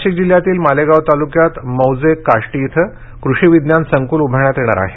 नाशिक जिल्ह्यातील मालेगाव तालुक्यात मौजे काष्टी इथं कृषी विज्ञान संकुल उभारण्यात येणार आहे